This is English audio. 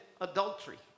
adultery